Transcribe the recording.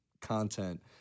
content